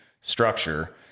structure